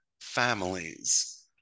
families